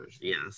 yes